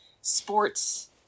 sports